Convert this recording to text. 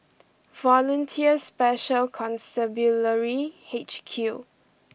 Volunteer Special Constabulary H Q